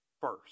first